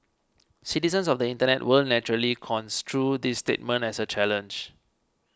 citizens of the Internet will naturally construe this statement as a challenge